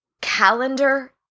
calendar